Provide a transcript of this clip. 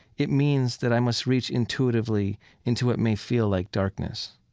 it means that i must reach intuitively into what may feel like darkness